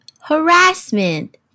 harassment